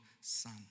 son